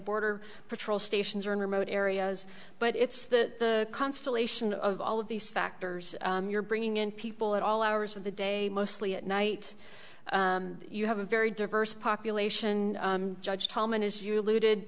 border patrol stations are in remote areas but it's the constellation of all of these factors you're bringing in people at all hours of the day mostly at night you have a very diverse population judge